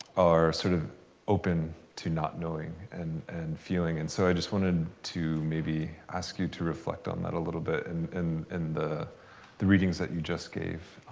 are sort of open to not knowing and and feeling. and so i just wanted to maybe ask you to reflect on that a little bit and and and the the readings that you just gave,